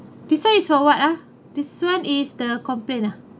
this one is for what ah this one is the complain ah